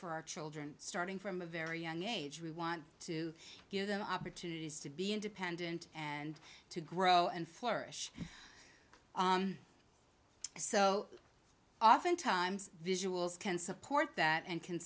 for our children starting from a very young age we want to give them opportunities to be independent and to grow and flourish so often times visuals can support that and can